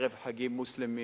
ערב חגים מוסלמיים,